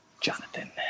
Jonathan